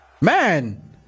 man